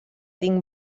tinc